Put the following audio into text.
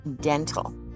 dental